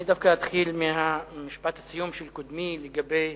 אני דווקא אתחיל ממשפט הסיום של קודמי לגבי